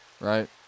right